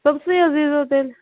صبُحسٕے حظ ییٖزیٚوتیٚلہِ